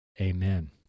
Amen